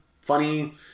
funny